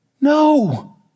No